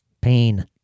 pain